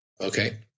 Okay